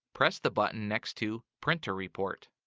press the button next to printer report.